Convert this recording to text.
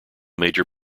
major